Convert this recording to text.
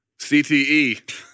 CTE